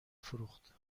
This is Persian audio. فروخت